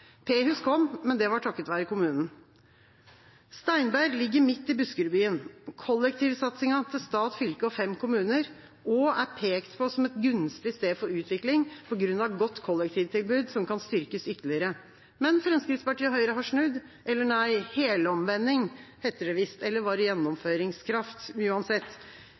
P-hus kom, men det var takket være kommunen. Steinberg ligger midt i Buskerudbyen, kollektivsatsinga til stat, fylke og fem kommuner, og er pekt på som et gunstig sted for utvikling på grunn av godt kollektivtilbud, som kan styrkes ytterligere. Men Fremskrittspartiet og Høyre har snudd, eller nei, helomvending heter det visst – eller var det gjennomføringskraft? Uansett,